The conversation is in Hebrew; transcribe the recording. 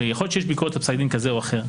שיכול להיות שיש ביקורת על פסק דין כזה או אחר,